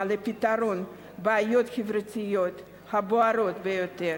לפתרון הבעיות החברתיות הבוערות ביותר,